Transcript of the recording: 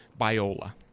Biola